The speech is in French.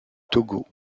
togo